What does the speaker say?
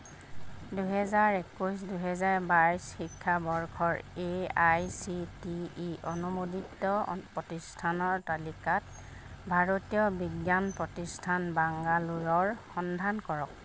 দুহেজাৰ একৈছ দুহেজাৰ বাইছ শিক্ষাবৰ্ষৰ A I C T E অনুমোদিত প্ৰতিষ্ঠানৰ তালিকাত ভাৰতীয় বিজ্ঞান প্ৰতিষ্ঠান বাংগালোৰৰ সন্ধান কৰক